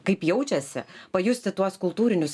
kaip jaučiasi pajusti tuos kultūrinius